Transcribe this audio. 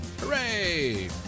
Hooray